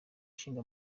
ishinga